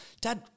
dad